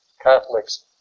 Catholics